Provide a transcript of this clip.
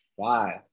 five